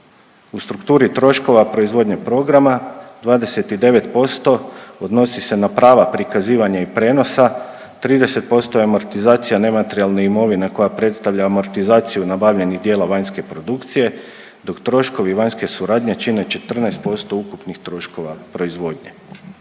U strukturi troškova proizvodnje programa 29% odnosi se na prava prikazivanja i prenosa, 30% amortizacija nematerijalne imovine koja predstavlja amortizaciju nabavljenih dijela vanjske produkcije, dok troškovi vanjske suradnje čine 14% ukupnih troškova proizvodnje.